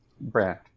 brand